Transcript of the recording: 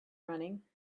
running